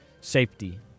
safety